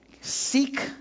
seek